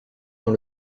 dans